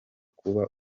kuba